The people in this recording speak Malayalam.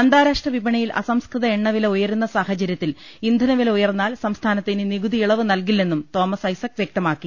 അന്താരാഷ്ട്ര വിപണിയിൽ അസംസ്കൃത എണ്ണവില ഉയ രുന്ന സാഹചര്യത്തിൽ ഇന്ധനവില ഉയർന്നാൽ സംസ്ഥാനത്ത് ഇനി നികുതി ഇളവ് നൽകില്ലെന്നും തോമസ് ഐസക് വ്യക്ത മാക്കി